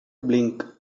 blink